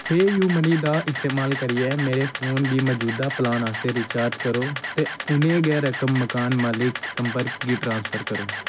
पेऽ U मनी दा इस्तेमाल करियै मेरे फोन गी मजूदा प्लान आस्तै रिचार्ज करो ते उन्नी गै रकम मकान मालक संपर्क गी ट्रांसफर करो